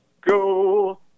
go